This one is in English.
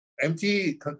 Empty